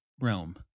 realm